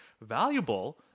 valuable